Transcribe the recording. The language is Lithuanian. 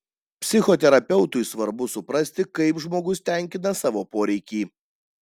psichoterapeutui svarbu suprasti kaip žmogus tenkina savo poreikį